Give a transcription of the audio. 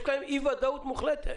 יש כאן אי-ודאות מוחלטת.